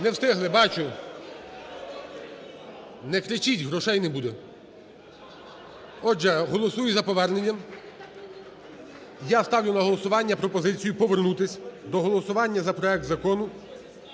Не встигли, бачу! (Шум у залі) Не кричіть, грошей не буде. Отже, голосую за повернення. Я ставлю на голосування пропозицію повернутися до голосування за проект Закону